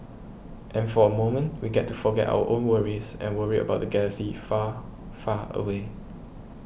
and for a moment we get to forget our own worries and worry about the galaxy far far away